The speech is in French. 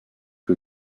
que